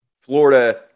Florida